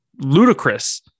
ludicrous